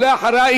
ואחריה,